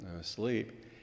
sleep